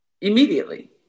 immediately